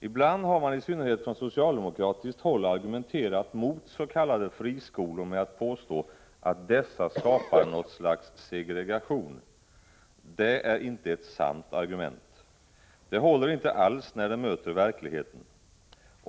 Ibland har man, i synnerhet från socialdemokratiskt håll, argumenterat mots.k. friskolor med att påstå att dessa skapar något slags segregation. Det är inte ett sant argument. Det håller inte alls när det möter verkligheten.